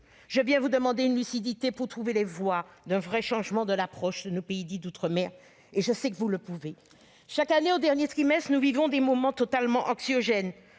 Je viens vous demander une lucidité pour trouver les voies d'un vrai changement de l'approche de nos pays dits « d'outre-mer ». Je sais que vous le pouvez. Chaque année, au dernier trimestre, nous vivons des moments totalement anxiogènes.